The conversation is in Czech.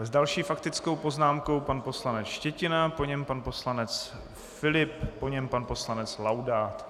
S další faktickou poznámkou pan poslanec Štětina, po něm pan poslanec Filip, po něm pan poslanec Laudát.